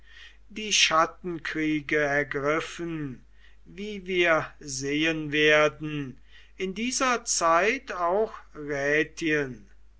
die chattenkriege ergriffen wie wir sehen werden in dieser zeit auch